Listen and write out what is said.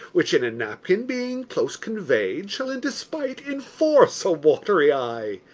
which, in a napkin being close convey'd, shall in despite enforce a watery eye.